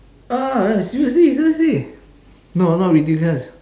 ah seriously seriously no I'm not ridiculous